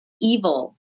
evil